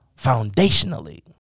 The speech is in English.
Foundationally